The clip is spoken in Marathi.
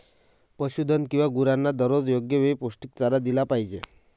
पशुधन किंवा गुरांना दररोज योग्य वेळी पौष्टिक चारा दिला पाहिजे